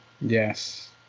Yes